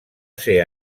ser